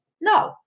No